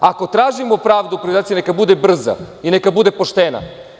Ako tražimo pravdu uprivatizaciji, neka bude brza i neka bude poštena.